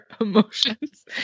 emotions